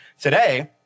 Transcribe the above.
Today